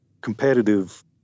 competitive